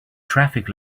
traffic